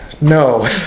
No